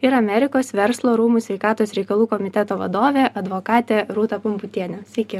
ir amerikos verslo rūmų sveikatos reikalų komiteto vadovė advokatė rūta pumputienė sveiki